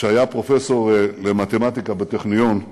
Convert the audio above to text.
שהיה פרופסור למתמטיקה בטכניון,